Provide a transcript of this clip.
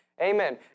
Amen